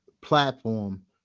platform